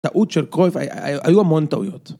טעות של כל.. והיו המון טעויות.